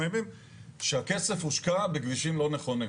ימים הייתה שהכסף הושקע בכבישים לא נכונים.